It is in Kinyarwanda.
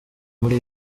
muri